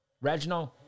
Reginald